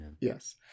yes